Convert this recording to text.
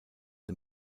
the